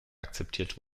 akzeptiert